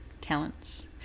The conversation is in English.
talents